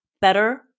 better